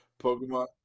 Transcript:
Pokemon